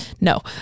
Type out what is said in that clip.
No